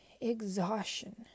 Exhaustion